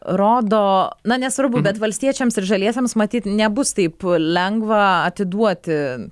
rodo na nesvarbu bet valstiečiams ir žaliesiems matyt nebus taip lengva atiduoti